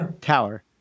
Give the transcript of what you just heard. tower